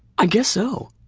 i guess so.